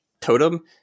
totem